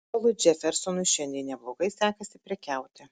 polui džefersonui šiandien neblogai sekasi prekiauti